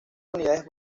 unidades